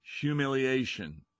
humiliation